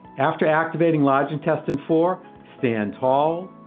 after activating large intestine four, stand tall,